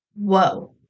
Whoa